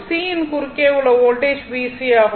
C யின் குறுக்கே உள்ள வோல்டேஜ் VC ஆகும்